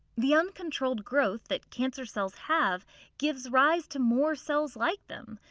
the uncontrolled growth that cancer cells have gives rise to more cells like them,